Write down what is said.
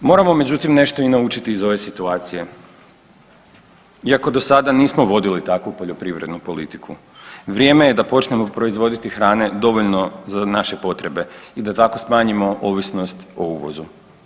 Moramo međutim nešto i naučiti iz ove situacije iako do sada nismo vodili takvu poljoprivrednu politiku vrijeme je da počnemo proizvoditi hrane dovoljno za naše potrebe i da tako smanjimo ovisnost o uvozu.